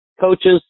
coaches